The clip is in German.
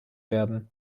werden